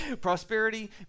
Prosperity